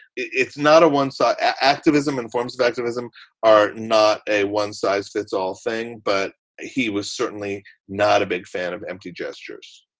it's not a one sided activism and forms of activism are not a one size fits all thing. but he was certainly not a big fan of empty gestures